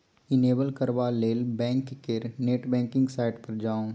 enable करबा लेल bank केर नेट बैंकिंग साइट पर जाउ